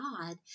God